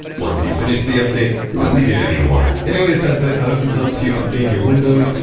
once you've finished the update you won't need it anymore. anyways, that's it. i hope this helps you update your windows.